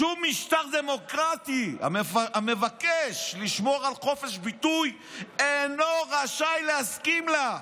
"שום משטר דמוקרטי המבקש לשמור על חופש הביטוי אינו רשאי להסכים לה".